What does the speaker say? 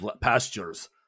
pastures